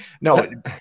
No